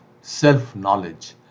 self-knowledge